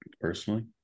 personally